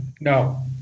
no